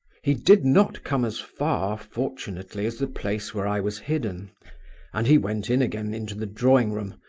he did not come as far, fortunately, as the place where i was hidden and he went in again into the drawing-room,